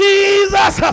Jesus